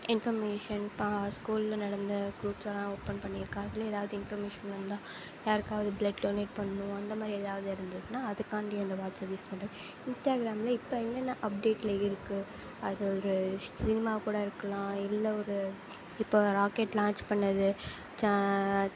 information ஸ்கூலில் நடந்த groups எல்லாம் ஓபன் பண்ணியிருக்கேன் அதில் எதாவது இன்ஃபர்மேஷன் வந்தால் யாருக்காவது பிளெட் டொனேட் பண்ணணும் அந்த மாதிரி எதையாவது இருந்ததுன்னா அதுக்காண்டி அந்த வாட்ஸ்ஆப் யூஸ் பண்ணுறேன் இன்ஸ்டாகிராமில் இப்போ என்னென்ன அப்டேட்டில் இருக்கு அது ஒரு சினிமா கூட இருக்கலாம் இல்லை ஒரு இப்போ ராக்கெட் லான்ச் பண்ணது